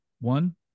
one